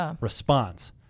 response